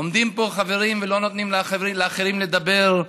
עומדים פה חברים ולא נותנים לאחרים לדבר.